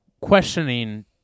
questioning